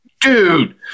dude